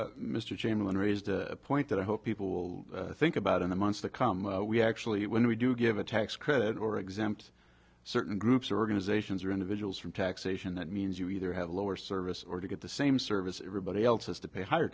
gergen mr chamberlain raised a point that i hope people will think about in the months to come we actually when we do give a tax credit or exempt certain groups or organizations or individuals from taxation that means you either have lower service or to get the same service everybody else has to pay higher